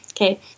okay